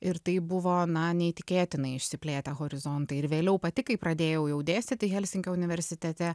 ir tai buvo na neįtikėtinai išsiplėtę horizontai ir vėliau pati kai pradėjau jau dėstyti helsinkio universitete